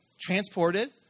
transported